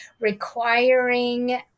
requiring